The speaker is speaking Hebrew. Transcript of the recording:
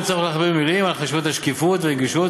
אין צורך להכביר מילים על חשיבות השקיפות והנגישות,